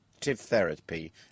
therapy